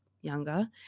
younger